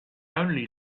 only